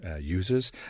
users